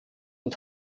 und